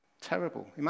Terrible